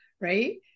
Right